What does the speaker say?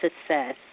success